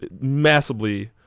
massively